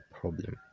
problem